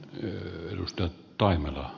arvoisa puhemies